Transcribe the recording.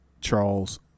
Charles